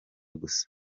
gusa